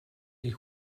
die